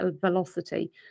velocity